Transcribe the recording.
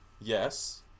Yes